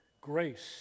grace